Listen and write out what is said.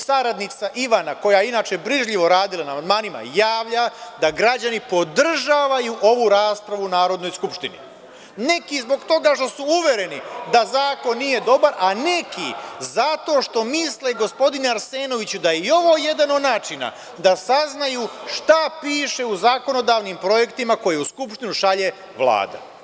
Saradnica Ivana, koja je inače brižljivo radila na amandmanima, javlja da građani podržavaju ovu raspravu u Narodnoj skupštini, neki zbog toga što su uvereni da zakon nije dobar, a neki zato što misle, gospodine Arsenoviću, da je i ovo jedan od načina da saznaju šta piše u zakonodavnim projektima koje u Skupštinu šalje Vlada.